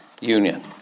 union